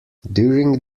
during